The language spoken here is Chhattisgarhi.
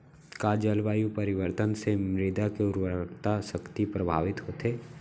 का जलवायु परिवर्तन से मृदा के उर्वरकता शक्ति प्रभावित होथे?